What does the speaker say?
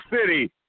city